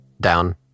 down